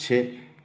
से